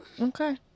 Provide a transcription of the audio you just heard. Okay